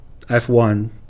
F1